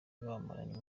bamaranye